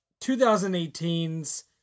2018's